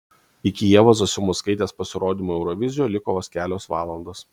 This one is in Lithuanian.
iki ievos zasimauskaitės pasirodymo eurovizijoje liko vos kelios valandos